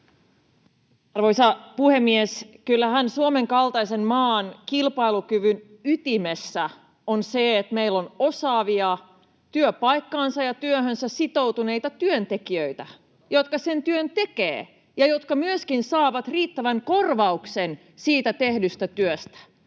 Arvoisa puhemies! Kyllähän Suomen kaltaisen maan kilpailukyvyn ytimessä on se, että meillä on osaavia, työpaikkaansa ja työhönsä sitoutuneita työntekijöitä, jotka sen työn tekevät ja jotka myöskin saavat riittävän korvauksen tehdystä työstä.